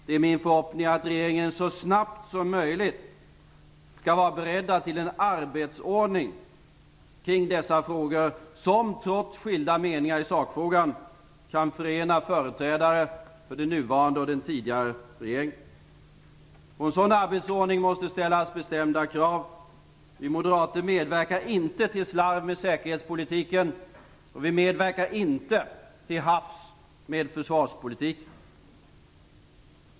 Det är min förhoppning att regeringen så snabbt som möjligt skall vara beredd till en arbetsordning kring dessa frågor som trots skilda meningar i sakfrågan kan förena företrädare för den nuvarande och den tidigare regeringen. På en sådan arbetsordning måste det ställas bestämda krav. Vi moderater medverkar inte till slarv med säkerhetspolitiken. Vi medverkar inte till hafs med försvarspolitiken.